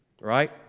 right